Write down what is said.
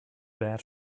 bad